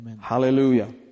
Hallelujah